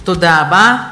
תודה רבה.